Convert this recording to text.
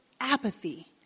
apathy